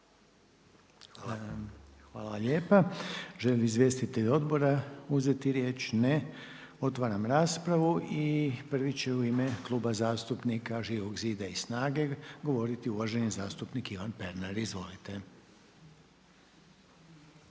Hvala. Želi li izvjestitelj odbora uzeti riječ? Ne, otvaram raspravu i prvi će u ime Kluba zastupnika Živog zida i SNAGA-e govoriti uvaženi zastupnik Ivan Pernar. Izvolite.